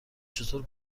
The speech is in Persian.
چطور